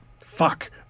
fuck